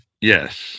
Yes